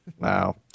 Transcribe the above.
Wow